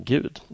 Gud